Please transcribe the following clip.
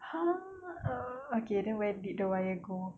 !huh! oh oh okay then where did the wire go